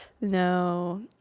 No